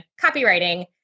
copywriting